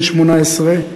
בן 18,